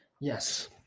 Yes